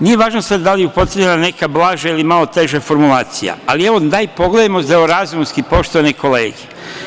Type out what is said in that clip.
Nije važno da li je upotrebljena neka blaža ili malo teža formulacija, ali evo, pogledajmo zdravorazumski poštovane kolege.